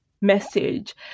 message